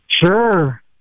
Sure